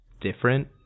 different